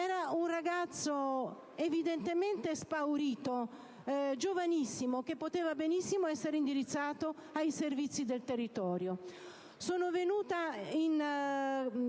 Era un ragazzo chiaramente spaurito, giovanissimo, che poteva benissimo essere indirizzato ai servizi del territorio.